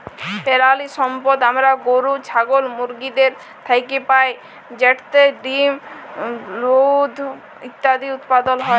পেরালিসম্পদ আমরা গরু, ছাগল, মুরগিদের থ্যাইকে পাই যেটতে ডিম, দুহুদ ইত্যাদি উৎপাদল হ্যয়